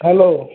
hello